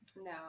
no